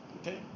okay